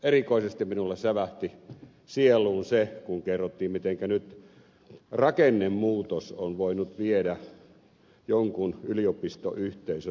erikoisesti minulla sävähti sieluun se kun kerrottiin mitenkä nyt rakennemuutos on voinut viedä jonkun yliopistoyhteisön toimimaan kiinaan